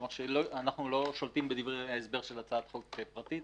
אבל אנחנו לא שולטים בדברי ההסבר של הצעת חוק פרטית,